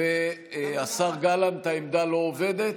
השר גלנט, העמדה לא עובדת?